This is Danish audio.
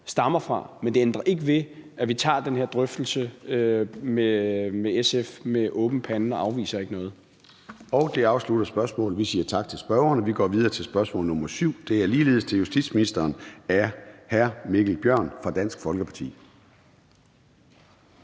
stammer fra. Men det ændrer ikke ved, at vi tager den her drøftelse med SF med åben pande og ikke afviser noget. Kl. 13:36 Formanden (Søren Gade): Det afslutter spørgsmålet. Vi siger tak til spørgeren Vi går videre til spørgsmål nr. 7. Det er ligeledes til justitsministeren, og det er af hr. Mikkel Bjørn fra Dansk Folkeparti.